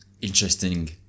Interesting